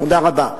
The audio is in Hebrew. תודה רבה.